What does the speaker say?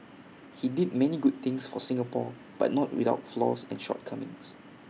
he did many good things for Singapore but not without flaws and shortcomings